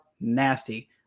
nasty